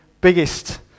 biggest